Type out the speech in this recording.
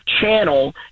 channel